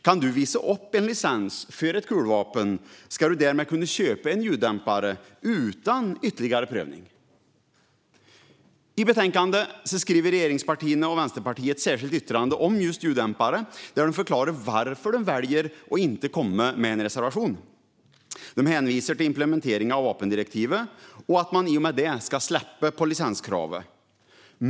Kan du visa upp en licens för ett kulvapen ska du därmed kunna köpa en ljuddämpare, utan ytterligare prövning. I betänkandet skriver regeringspartierna och Vänsterpartiet ett särskilt yttrande om just ljuddämpare där de förklarar varför de väljer att inte komma med en reservation. De hänvisar till implementeringen av vapendirektivet och att man i och med det ska släppa på licenskravet.